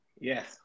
Yes